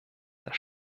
das